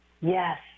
Yes